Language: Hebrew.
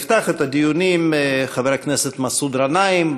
יפתח את הדיונים חבר הכנסת מסעוד גנאים,